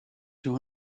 two